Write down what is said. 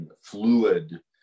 fluid